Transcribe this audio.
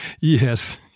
Yes